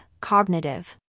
cognitive